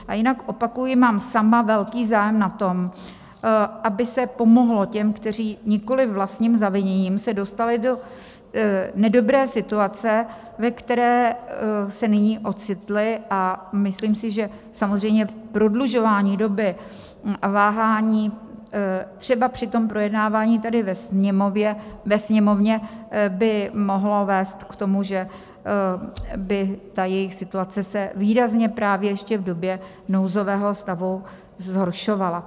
A jinak opakuji, mám sama velký zájem na tom, aby se pomohlo těm, kteří nikoliv vlastním zaviněním se dostali do nedobré situace, ve které se nyní ocitli, a myslím si, že samozřejmě prodlužování doby a váhání třeba při projednávání tady ve Sněmovně by mohlo vést k tomu, že by se jejich situace výrazně právě ještě v době nouzového stavu zhoršovala.